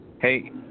hey